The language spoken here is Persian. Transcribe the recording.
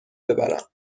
ببرم